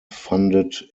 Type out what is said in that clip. funded